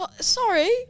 Sorry